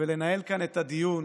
ולנהל כאן את הדיון